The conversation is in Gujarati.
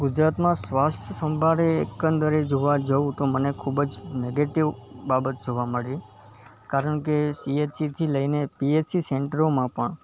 ગુજરાતમાં સ્વાસ્થ્ય સંભાળે એકંદરે જોવા જાઉં તો મને ખૂબ જ નૅગેટિવ બાબત જોવા મળી કારણ કે સી ઍચ સીથી લઇને પી ઍચ સી સેન્ટરોમાં પણ